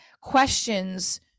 questions